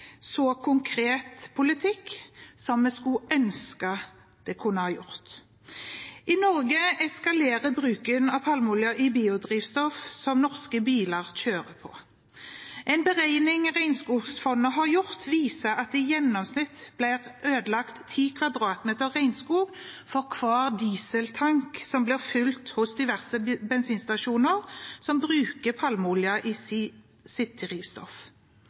så konkret politikk som vi skulle ønske det kunne ha gjort. I Norge eskalerer bruken av palmeolje i biodrivstoff som norske biler kjører på. En beregning Regnskogfondet har gjort, viser at det i gjennomsnitt blir ødelagt 10 m 2 regnskog for hver dieseltank som blir fylt hos diverse bensinstasjoner som bruker palmeolje i sitt